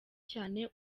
cyane